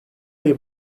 ayı